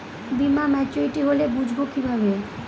বীমা মাচুরিটি হলে বুঝবো কিভাবে?